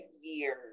years